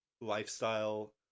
lifestyle